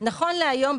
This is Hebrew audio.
נכון להיום,